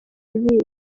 ibihe